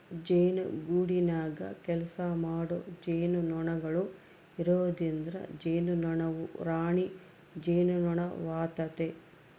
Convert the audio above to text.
ಜೇನುಗೂಡಿನಗ ಕೆಲಸಮಾಡೊ ಜೇನುನೊಣಗಳು ಇರೊದ್ರಿಂದ ಜೇನುನೊಣವು ರಾಣಿ ಜೇನುನೊಣವಾತತೆ